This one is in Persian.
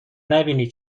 نبینی